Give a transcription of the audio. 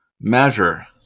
measure